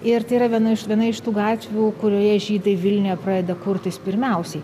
ir tai yra viena iš viena iš tų gatvių kurioje žydai vilniuje pradeda kurtis pirmiausiai